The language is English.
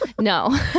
No